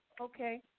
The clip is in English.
Okay